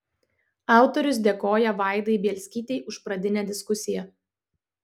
autorius dėkoja vaidai bielskytei už pradinę diskusiją